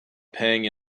pang